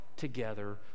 together